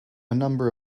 number